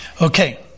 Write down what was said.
Okay